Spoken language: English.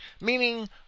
meaning